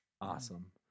awesome